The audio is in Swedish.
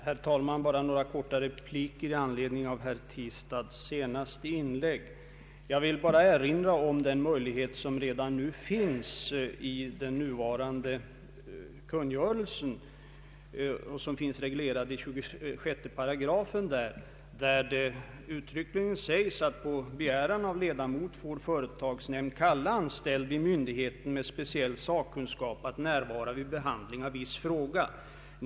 Herr talman! Bara några korta repliker i anledning av herr Tistads senaste inlägg. Jag vill erinra om den möjlighet som finns redan i den nuvarande kungörelsen. I 26 § sägs uttryckligen att på begäran av ledamot får företagsnämnd kalla anställd hos myndigheten med speciell sakkunskap att närvara vid behandlingen av viss fråga.